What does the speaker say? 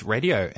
Radio